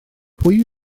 pwy